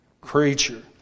creature